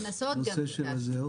הכנסות גם ביקשנו.